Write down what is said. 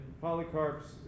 Polycarp's